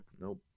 Nope